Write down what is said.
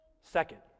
Second